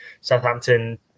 Southampton